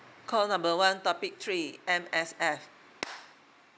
call number one topic three M_S_F